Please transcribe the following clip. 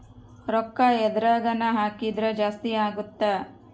ರೂಕ್ಕ ಎದ್ರಗನ ಹಾಕಿದ್ರ ಜಾಸ್ತಿ ಅಗುತ್ತ